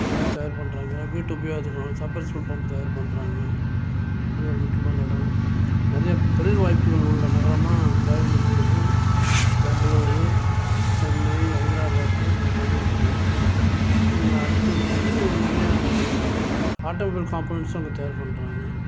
நிறையா தயார் பண்ணுறாங்க வீட்டு உபயோகத்துக்கெலாம் சப்ரெஸ்ட் பம்ப் தயார் பண்ணுகிறாங்க அது ஒரு முக்கியமான இடம்